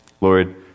Lord